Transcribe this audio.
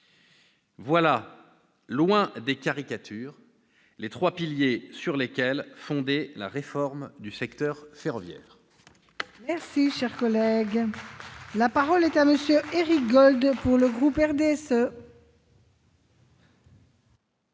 sont, loin des caricatures, les trois piliers sur lesquels fonder la réforme du secteur ferroviaire.